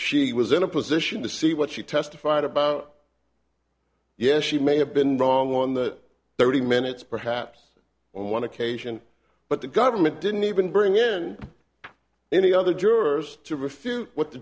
she was in a position to see what she testified about yes she may have been wrong on the thirty minutes perhaps one occasion but the government didn't even bring in any other jurors to refute what the